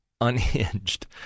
unhinged